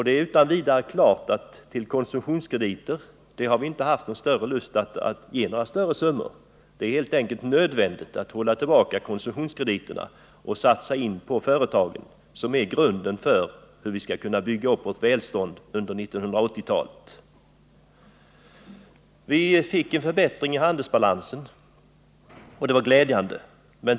Det är utan vidare klart att vi inte har haft någon lust att ge några större summor till konsumtionskrediter. Det är helt enkelt nödvändigt att hålla tillbaka konsumtionskrediter och i stället satsa på företagen, som är grunden för att vi skall kunna bygga upp vårt välstånd under 1980-talet. Vi fick en förbättring av handelsbalansen, vilket var glädjande.